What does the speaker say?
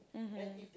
mmhmm